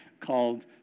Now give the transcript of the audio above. called